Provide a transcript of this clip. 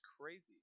crazy